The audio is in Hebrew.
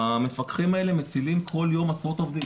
המפקחים האלה מצילים כל יום עשרות עובדים: